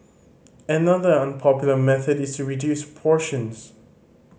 another unpopular method is to reduce portions